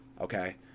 okay